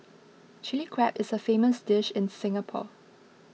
Chilli Crab is a famous dish in Singapore